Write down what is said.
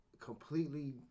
completely